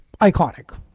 iconic